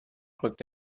rückt